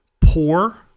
poor